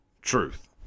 truth